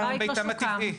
זה ביתם הטבעי.